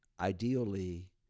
ideally